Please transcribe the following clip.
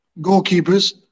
goalkeepers